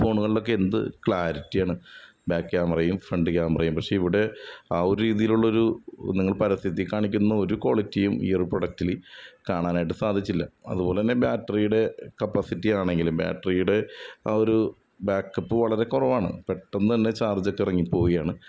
ഫോണുകളിലൊക്കെ എന്ത് ക്ലാരിറ്റിയാണ് ബാക്ക് ക്യാമറയും ഫ്രണ്ട് ക്യാമറയും പക്ഷേ ഇവിടെ ആ രീതിലുള്ളൊരു നിങ്ങൾ പരസ്യത്തിൽ കാണിക്കുന്ന ഒരു ക്വാളിറ്റിയും ഈ ഒരു പ്രൊഡക്റ്റിൽ കാണാനായിട്ട് സാധിച്ചില്ല അതുപോല തന്നെ ബാറ്ററിയുടെ കപ്പാസിറ്റിയാണെങ്കിലും ബാറ്ററിയുടെ ആ ഒരു ബാക്ക് അപ്പ് വളരെ കുറവാണ് പെട്ടന്ന് തന്നെ ചാർജൊക്കെ ഇറങ്ങി പോയാണ്